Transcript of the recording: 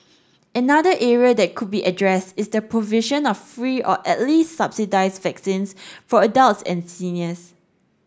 another area that could be addressed is the provision of free or at least subsidised vaccines for adults and seniors